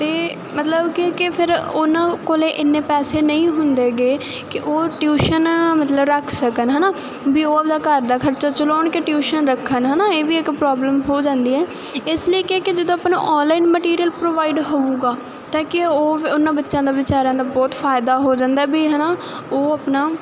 ਅਤੇ ਮਤਲਬ ਕਿ ਕਿ ਫਿਰ ਉਹਨਾਂ ਕੋਲ ਇੰਨੇ ਪੈਸੇ ਨਹੀਂ ਹੁੰਦੇ ਗੇ ਕਿ ਉਹ ਟਿਊਸ਼ਨ ਮਤਲਬ ਰੱਖ ਸਕਣ ਹੈ ਨਾ ਵੀ ਉਹ ਆਪਦਾ ਘਰ ਦਾ ਖਰਚਾ ਚਲਾਉਣ ਕਿ ਟਿਊਸ਼ਨ ਰੱਖਣ ਹੈ ਨਾ ਇਹ ਵੀ ਇੱਕ ਪ੍ਰੋਬਲਮ ਹੋ ਜਾਂਦੀ ਹੈ ਇਸ ਲਈ ਕਿਉਂਕਿ ਜਦੋਂ ਆਪਣਾ ਆਨਲਾਈਨ ਮਟੀਰੀਅਲ ਪ੍ਰੋਵਾਈਡ ਹੋਊਗਾ ਤਾਂ ਕਿ ਉਹ ਉਹਨਾਂ ਬੱਚਿਆਂ ਦਾ ਬੇਚਾਰਿਆਂ ਦਾ ਬਹੁਤ ਫਾਇਦਾ ਹੋ ਜਾਂਦਾ ਵੀ ਹੈ ਨਾ ਉਹ ਆਪਣਾ